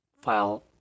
file